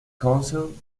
council